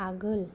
आगोल